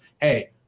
hey